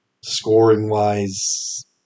scoring-wise